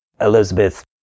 Elizabeth